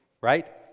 Right